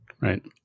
Right